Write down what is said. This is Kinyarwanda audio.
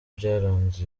byaranze